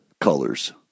colors